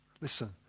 listen